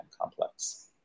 complex